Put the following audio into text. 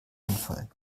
einfallen